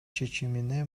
чечимине